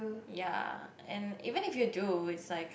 ya and even if you do it's like